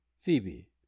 phoebe